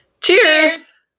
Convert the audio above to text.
Cheers